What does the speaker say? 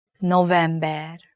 november